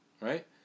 right